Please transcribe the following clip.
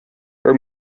her